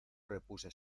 repuse